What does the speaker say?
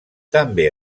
també